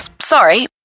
Sorry